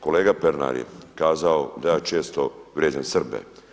Kolega Pernar je kazao da ja često vrijeđam Srbe.